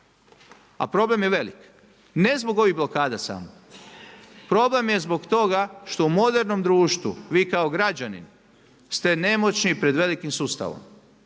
A problem je velik, ne zbog ovih blokada samo. Problem je zbog toga, što u modernom društvu, vi kao građani, ste nemoćni pred velikim sustavom.